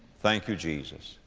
thank you, jesus.